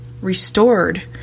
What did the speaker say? Restored